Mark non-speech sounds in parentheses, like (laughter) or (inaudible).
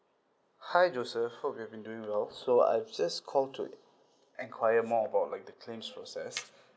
hi joseph hope you've been doing well so I've just call to enquire more about like the claims process (breath)